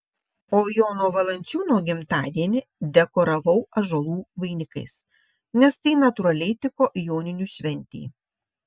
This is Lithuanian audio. o jono valančiūno gimtadienį dekoravau ąžuolų vainikais nes tai natūraliai tiko joninių šventei